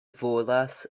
volas